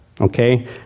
Okay